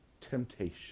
temptation